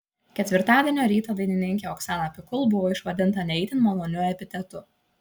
ketvirtadienio rytą dainininkė oksana pikul buvo išvadinta ne itin maloniu epitetu